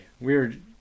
weird